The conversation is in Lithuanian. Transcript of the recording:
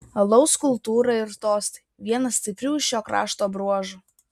alaus kultūra ir tostai vienas stiprių šio krašto bruožų